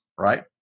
right